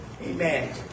Amen